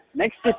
next